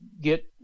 get